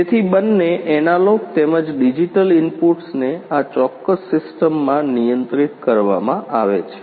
તેથી બંને એનાલોગ તેમજ ડિજિટલ ઇનપુટ્સને આ ચોક્કસ સિસ્ટમમાં નિયંત્રિત કરવામાં આવે છે